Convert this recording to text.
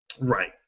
Right